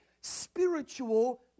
spiritual